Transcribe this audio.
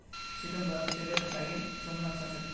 सितंबरत सेबेर कटाईर समय वसा छेक